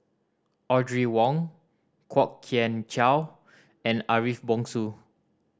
Audrey Wong Kwok Kian Chow and Ariff Bongso